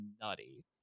nutty